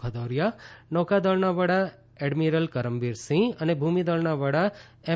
ભદૌરીયા નૌકાદળના વડા એડમીરલ કરમબીર સિંહ અને ભૂમિદળના વડા એમ